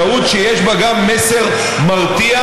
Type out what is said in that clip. שהות שיש בה גם מסר מרתיע,